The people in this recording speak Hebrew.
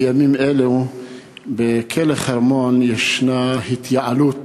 בימים אלה מתקיימת בכלא "חרמון" התייעלות,